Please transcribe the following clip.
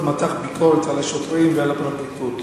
מתח ביקורת על השוטרים ועל הפרקליטות.